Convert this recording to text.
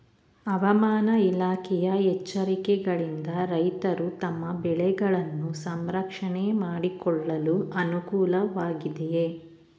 ಹವಾಮಾನ ಇಲಾಖೆಯ ಎಚ್ಚರಿಕೆಗಳಿಂದ ರೈತರು ತಮ್ಮ ಬೆಳೆಗಳನ್ನು ಸಂರಕ್ಷಣೆ ಮಾಡಿಕೊಳ್ಳಲು ಅನುಕೂಲ ವಾಗಿದೆಯೇ?